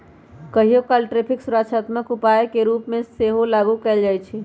कहियोकाल टैरिफ सुरक्षात्मक उपाय के रूप में सेहो लागू कएल जाइ छइ